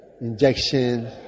injection